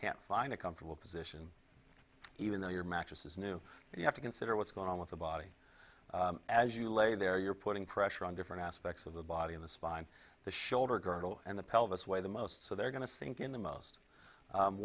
can't find a comfortable position even though your mattress is new you have to consider what's going on with the body as you lay there you're putting pressure on different aspects of the body in the spine the shoulder girdle and the pelvis way the most so they're going to think in the most